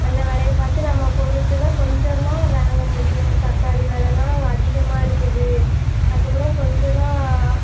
அந்த வேலையை பார்த்து நம்ம போகிறதுல கொஞ்சம் தான் வாங்க முடியும் தக்காளி விலைலாம் அதிகமாக இருக்குது அதுக்கு அப்புறம் கொஞ்சம் தான்